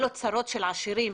אלה צרות של עשירות.